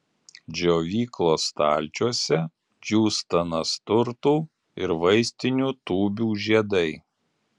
džiovyklos stalčiuose džiūsta nasturtų ir vaistinių tūbių žiedai